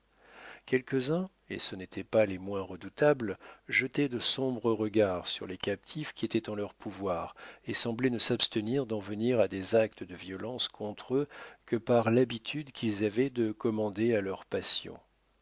quelques-uns et ce n'étaient pas les moins redoutables jetaient de sombres regards sur les captifs qui étaient en leur pouvoir et semblaient ne s'abstenir d'en venir à des actes de violence contre eux que par l'habitude qu'ils avaient de commander à leurs passions